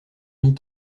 mit